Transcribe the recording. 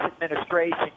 administration